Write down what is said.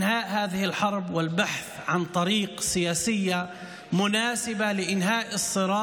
סיום המלחמה הזאת וחיפוש אחר דרכים פוליטיות המתאימות לסיום